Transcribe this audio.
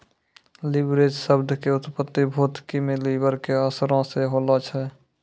leverage शब्द के उत्पत्ति भौतिकी मे लिवर के असरो से होलो छै